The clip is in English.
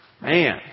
man